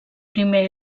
primer